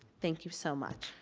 thank you so much.